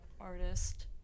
artist